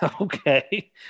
Okay